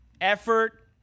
effort